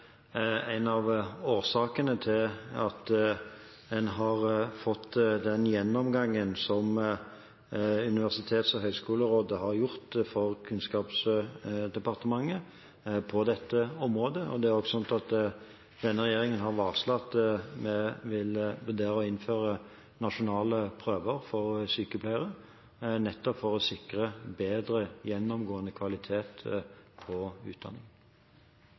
en av årsakene til at en har fått den gjennomgangen som Universitets- og høgskolerådet har gjort for Kunnskapsdepartementet på dette området. Det er også slik at denne regjeringen har varslet at den vil vurdere å innføre nasjonale prøver for sykepleiere, nettopp for å sikre bedre gjennomgående kvalitet i utdanningen. Jeg opplever ikke at statsråden svarte på